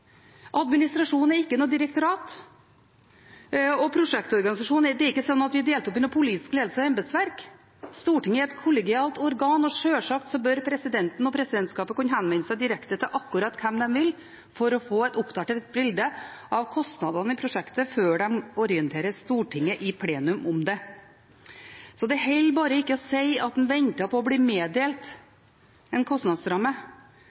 Administrasjonen er ikke noe direktorat. Stortinget er ikke delt i politisk ledelse og embetsverk. Stortinget er et kollegialt organ, og sjølsagt bør presidenten og presidentskapet kunne henvende seg direkte til akkurat hvem de vil for å få et oppdatert bilde av kostnadene i prosjektet før de orienterer Stortinget i plenum om det. Så det holder bare ikke å si at man ventet på å bli meddelt en kostnadsramme.